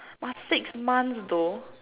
but six months though